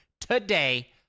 today